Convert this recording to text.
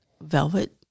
velvet